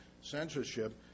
censorship